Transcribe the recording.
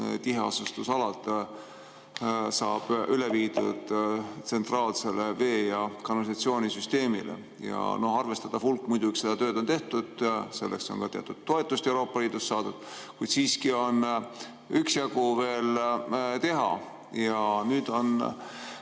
tiheasustusalad saab üle viidud tsentraalsele vee‑ ja kanalisatsioonisüsteemile. Arvestatav hulk sellest tööst on tehtud, selleks on ka teatud toetust Euroopa Liidust saadud, kuid siiski on üksjagu veel teha. Nüüd on